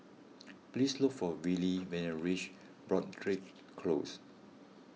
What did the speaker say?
please look for Willy when you reach Broadrick Close